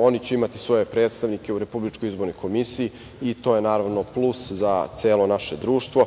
oni će imati svoje predstavnike u Republičkoj izbornoj komisiji i to je plus za celo naše društvo.